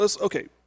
okay